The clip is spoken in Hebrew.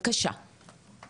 לא,